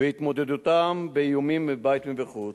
בהתמודדותם עם איומים מבית ומחוץ.